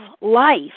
life